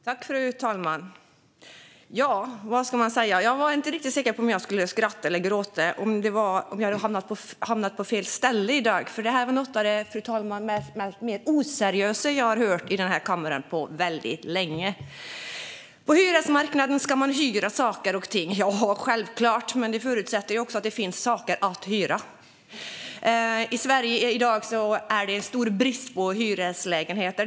Fru talman! Vad ska man säga? Jag var inte riktigt säker på om jag skulle skratta eller gråta och om jag hade hamnat på fel ställe i dag, för det här var något av det mer oseriösa jag har hört i den här kammaren på väldigt länge. På hyresmarknaden ska man hyra saker och ting. Ja, självklart, men det förutsätter att det finns saker att hyra. I Sverige i dag är det en stor brist på hyreslägenheter.